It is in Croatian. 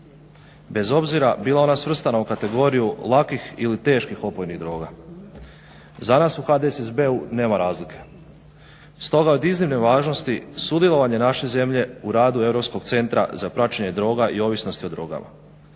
bez obzira bila ona svrstana u kategoriju lakih ili teških opojnih droga. Za nas u HDSSB-u nema razlike. Stoga od iznimne važnosti, sudjelovanje naše zemlje u radu europskog centra za praćenje droga i ovisnosti o drogama.